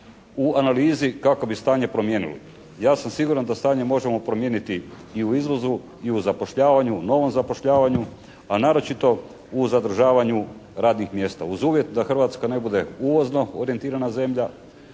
u analizi kako bi stanje promijenili. Ja sam siguran da stanje možemo promijeniti i u izvozu i u zapošljavanju, novom zapošljavanju, a naročito u zadržavanju radnih mjesta, uz uvjet da Hrvatska ne bude uvozno orijentirana zemlja,